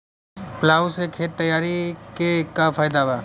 Plough से खेत तैयारी के का फायदा बा?